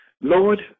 Lord